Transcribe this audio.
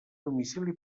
domicili